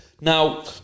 Now